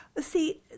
See